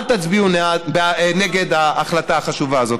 אל תצביעו נגד ההחלטה החשובה הזאת.